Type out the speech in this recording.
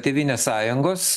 tėvynės sąjungos